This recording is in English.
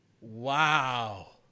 Wow